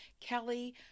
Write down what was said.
Kelly